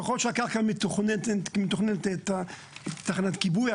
ככול שהקרקע מתוכננת לתחנת כיבוי,